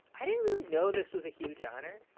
i didn't really know this was a huge honor.